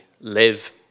live